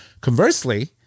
Conversely